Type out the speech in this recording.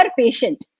patient